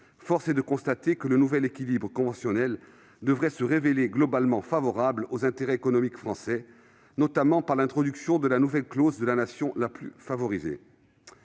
force est de constater que le nouvel équilibre conventionnel devrait se révéler globalement favorable aux intérêts économiques français, notamment par l'introduction de la nouvelle clause de la nation la plus favorisée.